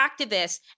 activists